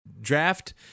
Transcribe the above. draft